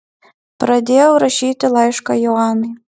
pradėjau rašyti laišką joanai